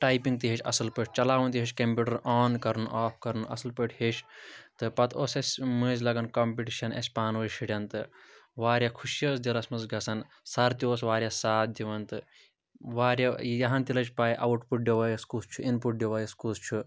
typing تہِ ہیٚچھ اَصٕل پٲٹھۍ چَلاوُن تہِ ہیٚچھ کَمپیوٗٹَر آن کَرُن آف کَرُن اَصٕل پٲٹھۍ ہیٚچھ تہٕ پَتہٕ اوس اَسہِ مٔنٛزۍ لَگان کَمپِٹِشَن اَسہِ پانہٕ ٲنۍ اَسہِ شُرٮ۪ن تہٕ واریاہ خُشی ٲس دِلَس منٛز گژھان سَر تہِ اوس واریاہ ساتھ دِوان تہٕ واریاہ یِہَن تہِ لٔج پےَ آوُٹ پُٹ ڈِوایِس کُس چھُ اِن پُٹ ڈِوایِس کُس چھُ